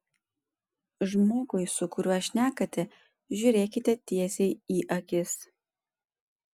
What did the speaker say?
žmogui su kuriuo šnekate žiūrėkite tiesiai į akis